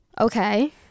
okay